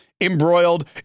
embroiled